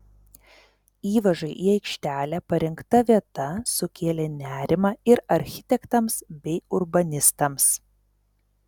įvažai į aikštelę parinkta vieta sukėlė nerimą ir architektams bei urbanistams